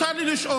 מותר לי לשאול,